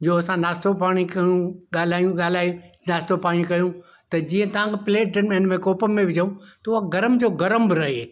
जो असां नाश्तो पाणी कयूं ॻाल्हायूं ॻाल्हाए नाश्तो पाणी कयूं त जीअं तव्हां प्लेटनि में इनमें कोप में विझो त उहो गरम जो गरमु रहे